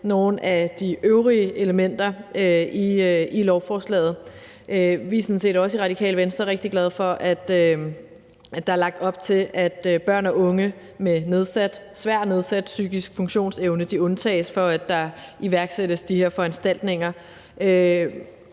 nogle af de øvrige elementer i lovforslaget. Vi er sådan set også i Radikale Venstre rigtig glade for, at der er lagt op til, at børn og unge med svært nedsat psykisk funktionsevne undtages for, at der iværksættes de her foranstaltninger;